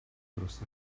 dros